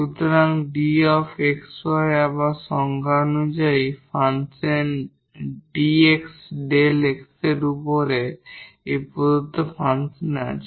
সুতরাং 𝑑 𝑥𝑦 আবার সংজ্ঞা অনুসারে ফাংশন dx del x এর উপরে এই প্রদত্ত ফাংশন আছে